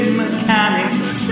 mechanics